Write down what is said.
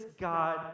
God